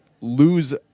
lose